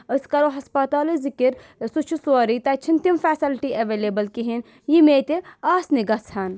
أسۍ کَرو ہَسپَتالٕچ ذِکر سُہ چھُ سورُے تَتہِ چھِنہٕ تِم فیسَلٹی ایٚولیبٕل کِہیٖنۍ یِم ییٚتہِ آسنہِ گژھہٕ ہن